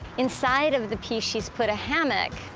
inside of the piece, she's put a hammock,